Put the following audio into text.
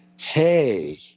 Hey